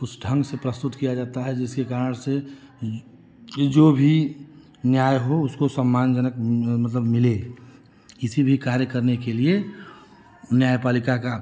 उस ढंग से प्रस्तुत किया जाता है जिसके कारण से यह जो भी न्याय हो उसको सम्मानजनक मतलब मिले किसी भी कार्य करने के लिए न्याय पालिका का